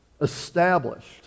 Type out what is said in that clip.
established